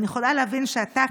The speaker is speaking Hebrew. אני יכולה להבין שאתה,